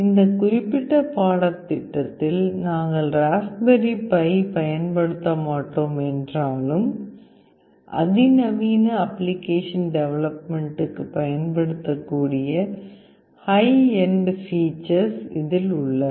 இந்த குறிப்பிட்ட பாடத்திட்டத்தில் நாங்கள் ராஸ்பெர்ரி பை பயன்படுத்த மாட்டோம் என்றாலும் அதிநவீன அப்பிளிகேஷன் டெவலப்மன்ட்டுக்கு பயன்படுத்தக்கூடிய ஹை எண்ட் ஃபீச்சர்ஸ் இதில் உள்ளன